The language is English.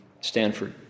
Stanford